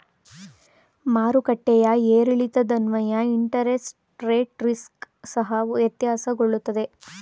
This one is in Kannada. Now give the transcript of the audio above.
ಮಾರುಕಟ್ಟೆಯ ಏರಿಳಿತದನ್ವಯ ಇಂಟರೆಸ್ಟ್ ರೇಟ್ ರಿಸ್ಕ್ ಸಹ ವ್ಯತ್ಯಾಸಗೊಳ್ಳುತ್ತದೆ